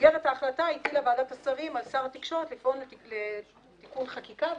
ובמסגרת החלטה הטילה ועדת השרים על השר התקשורת לפעול לתיקון חקיקה,